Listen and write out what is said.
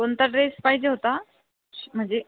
कोणता ड्रेस पाहिजे होता म्हणजे